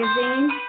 Magazine